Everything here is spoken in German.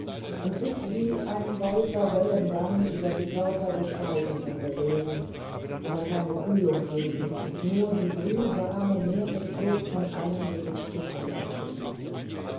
und sich wie ein weißer wellengang über die köpfe der speisenden bewegen aber keine kühlung geben und nur die brühwarme meeresluft von einem gesicht zum andern schicken